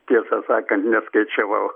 tiesą sakant neskaičiavau